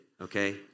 okay